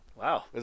Wow